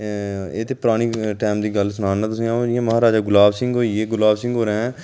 एह् ते पराने टाइम दी गल्ल सनाना तुसेंगी अं'ऊ जि'यां महाराजा गुलाब सिंह होई गे गुलाब सिंह होरें कीता